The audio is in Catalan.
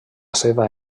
seva